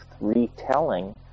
retelling